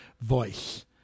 voice